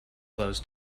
those